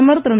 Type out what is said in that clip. பிரதமர் திரு